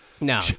No